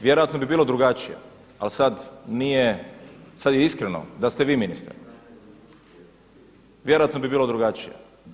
Vjerojatno bi bilo drugačije, ali sada nije, sad je iskreno, da ste vi ministar vjerojatno bi bilo drugačije.